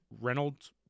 Reynolds